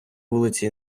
вулиці